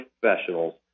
professionals